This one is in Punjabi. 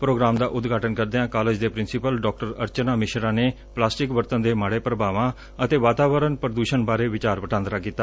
ਪ੍ਰੋਗਰਾਮ ਦਾ ਉਦਘਾਟਨ ਕਰਦਿਆਂ ਕਾਲਜ ਦੇ ਪ੍ਰਿੰਸੀਪਲ ਡਾਕਟਰ ਅਰਚਨਾ ਮਿਸ਼ਰਾ ਨੇ ਪਲਾਸਟਿਕ ਵਰਤਣ ਦੇ ਮਾੜੇ ਪ੍ਰਭਾਵਾਂ ਅਤੇ ਵਾਤਾਵਰਨ ਪ੍ਰਦੂਸ਼ਨ ਬਾਰੇ ਵਿਚਾਰ ਵਟਾਂਦਰਾ ਕੀਤਾ